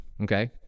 okay